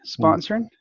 sponsoring